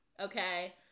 Okay